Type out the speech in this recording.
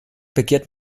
begehrt